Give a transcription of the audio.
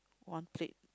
one plate